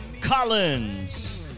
Collins